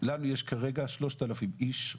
לנו יש כרגע 3,000 איש,